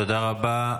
תודה רבה.